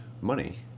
money